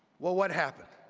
what what happened?